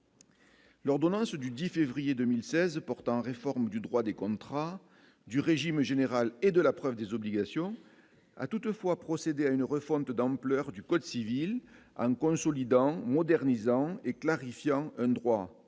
L'ordonnance du 10 février 2016 portant réforme du droit des contrats du régime général et de la preuve des obligations a toutefois procéder à une refonte d'ampleur du code civil en consolidant modernisant et clarifiant endroit